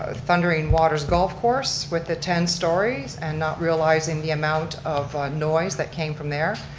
ah thundering waters golf course with the ten stories and not realizing the amount of noise that came from there.